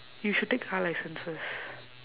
you should take car license first